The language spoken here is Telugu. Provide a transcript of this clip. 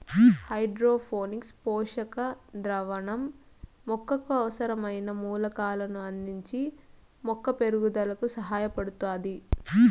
హైడ్రోపోనిక్స్ పోషక ద్రావణం మొక్కకు అవసరమైన మూలకాలను అందించి మొక్క పెరుగుదలకు సహాయపడుతాది